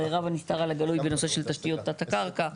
רב הנסתר על הגלוי בנושא של תשתיות תת-הקרקע.